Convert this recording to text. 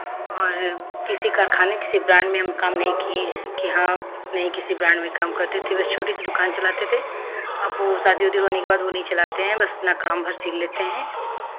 और किसी कारखाने या किसी ब्रांड में हम काम नहीं किये हैं कि हाँ नहीं किसी ब्रांड में काम करती थी बस छोटी सी दुकान चलाते थे अब वो शादी उदी होने के बाद नहीं चलाते हैं बस अपना काम भर सिल लेते हैं